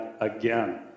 again